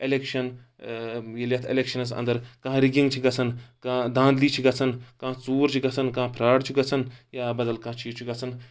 election ییٚلہِ اَتھ اِلؠکشنَس انٛدر کانٛہہ ریگِنگ چھِ گژھان کانٛہہ دانٛدلی چھِ گژھان کانہہ ژوٗر چھ گژھان کانہہ فراڈ چھِ گژھان یا بَدل کانہہ چیٖز چھُ گژھان